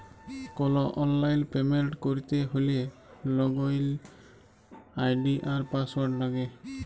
call অললাইল payment ক্যরতে হ্যলে লগইল আই.ডি আর পাসঅয়াড় লাগে